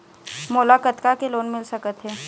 मोला कतका के लोन मिल सकत हे?